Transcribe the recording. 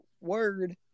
word